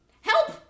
help